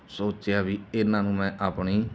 ਸੋਚਿਆ ਵੀ ਇਹਨਾਂ ਨੂੰ ਮੈਂ ਆਪਣੀ